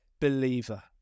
believer